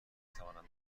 توانند